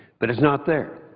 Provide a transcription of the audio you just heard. but it's not there.